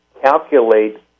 calculate